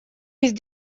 есть